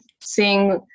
seeing